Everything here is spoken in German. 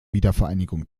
wiedervereinigung